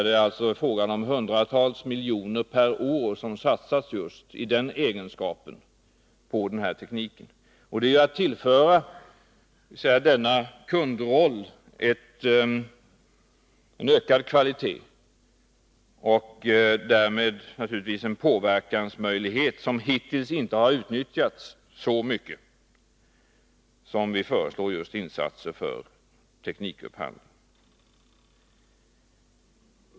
I den egenskapen satsar de hundratals miljoner per år på den här tekniken. Propositionens förslag innebär att man tillför denna deras ”kundroll” en ökad kvalitet, och därmed skapas naturligtvis en möjlighet till påverkan, som hittills inte har utnyttjats så mycket som kan bli fallet genom vårt förslag just när det gäller teknikupphandling.